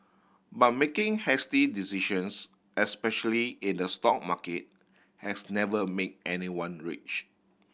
but making hasty decisions especially in the stock market has never made anyone rich